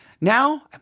now